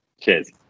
cheers